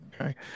Okay